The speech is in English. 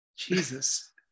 jesus